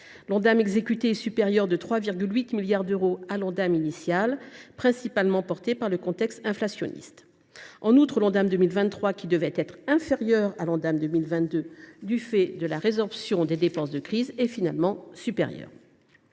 L’exécution est supérieure de 3,8 milliards d’euros à l’Ondam initial, dépassement principalement dû au contexte inflationniste. En outre, l’Ondam 2023, qui devait être inférieur à l’Ondam 2022 du fait de la résorption des dépenses de crise, lui est finalement supérieur.